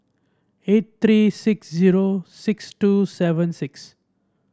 eight three six zero six two seven six